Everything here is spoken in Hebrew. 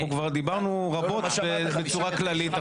כבר דיברנו רבות בצורה כללית.